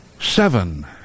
seven